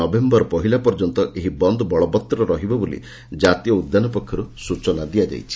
November ପହିଲା ପର୍ଯ୍ୟନ୍ତ ଏହି ବନ୍ଦ ବଳବତ୍ତର ରହିବ ବୋଲି ଜାତୀୟ ଉଦ୍ୟାନ ପକ୍ଷରୁ ସୂଚନା ଦିଆଯାଇଛି